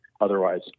otherwise